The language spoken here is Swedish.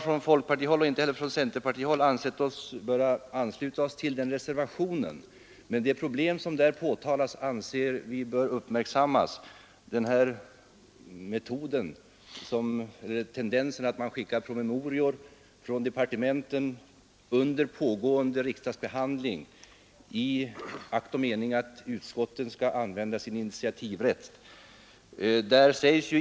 Från folkpartioch centerpartihåll har vi inte ansett oss böra ansluta oss till den reservationen, men vi anser att de problem som där påtalas bör uppmärksammas, nämligen den här tendensen att skicka promemorior från departementen under pågående riksdagsbehandling i akt och mening att utskottet skall använda sin initiativrätt.